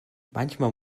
manchmal